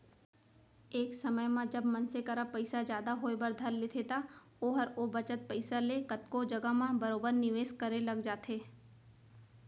एक समे म जब मनसे करा पइसा जादा होय बर धर लेथे त ओहर ओ बचत पइसा ले कतको जघा म बरोबर निवेस करे लग जाथे